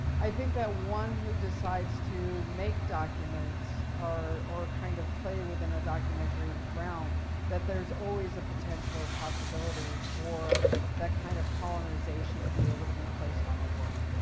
i think that one who decides to make documents or kind of play within a documentary around that there's always a potential or possibility for that kind of colonization to be able to be placed on the work.